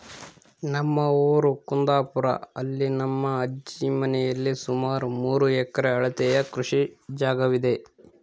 ನಮ್ಮ ಊರು ಕುಂದಾಪುರ, ಅಲ್ಲಿ ನನ್ನ ಅಜ್ಜಿ ಮನೆಯಲ್ಲಿ ಸುಮಾರು ಮೂರು ಎಕರೆ ಅಳತೆಯ ಕೃಷಿ ಜಾಗವಿದೆ